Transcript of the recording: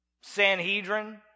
Sanhedrin